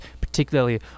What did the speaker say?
particularly